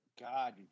god